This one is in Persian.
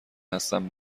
هستم